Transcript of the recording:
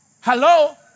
Hello